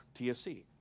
TSC